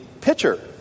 pitcher